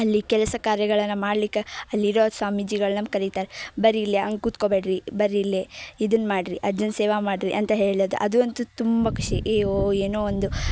ಅಲ್ಲಿ ಕೆಲಸ ಕಾರ್ಯಗಳನ್ನು ಮಾಡ್ಲಿಕ್ಕೆ ಅಲ್ಲಿರೋ ಸ್ವಾಮೀಜಿಗಳು ನಮ್ಗೆ ಕರೀತಾರೆ ಬನ್ರಿ ಇಲ್ಲಿ ಹಂಗ್ ಕುತ್ಕೊಬೇಡ್ರಿ ಬನ್ರಿ ಇಲ್ಲಿ ಇದನ್ನು ಮಾಡಿರಿ ಅಜ್ಜನ ಸೇವೆ ಮಾಡಿರಿ ಅಂತ ಹೇಳೋದು ಅದು ಅಂತೂ ತುಂಬ ಖುಷಿ ಅಯ್ಯೋ ಏನೋ ಒಂದು